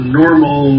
normal